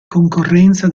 concorrenza